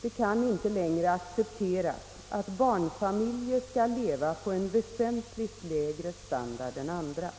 Det kan inte längre accepteras att barnfamiljer skall leva på väsentligt lägre standard än andra.